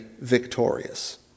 victorious